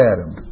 Adam